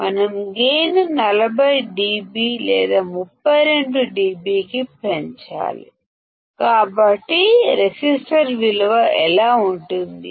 మనం gain 40 dB లేదా 32 dB కి పెంచాలి కాబట్టి రెసిస్టర్ల విలువ ఎలా ఉంటుంది